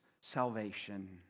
salvation